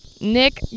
nick